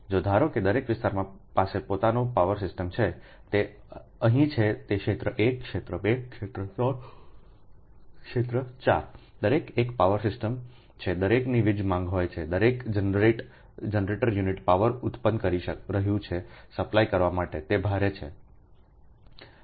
જો ધારો કે દરેક વિસ્તાર પાસે પોતાનો પાવર સિસ્ટમ છે તે અહીં છે તે ક્ષેત્ર 1 ક્ષેત્ર 2 ક્ષેત્ર 3 ક્ષેત્ર 4 દરેક એક પાવર સિસ્ટમ છે દરેકની વીજ માંગ હોય છે દરેક જનરેટ યુનિટ પાવર ઉત્પન્ન કરી રહ્યું છે સપ્લાય કરવા માટે તે ભાર છે